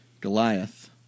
Goliath